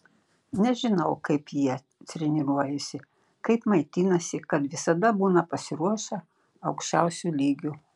nežinau kaip jie treniruojasi kaip maitinasi kad visada būna pasiruošę aukščiausiu lygiu